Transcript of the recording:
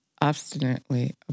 obstinately